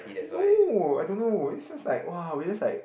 no I don't know is just like [wah] we just like